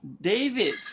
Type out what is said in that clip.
David